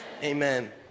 Amen